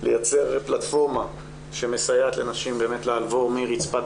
לייצר פלטפורמה שמסייעת לנשים לעבור מרצפת